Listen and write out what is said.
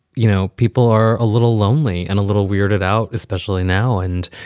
you know, people are a little lonely and a little weirded out, especially now. and,